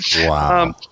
Wow